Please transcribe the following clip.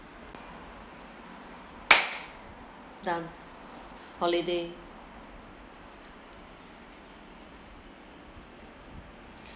done holiday